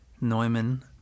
neumann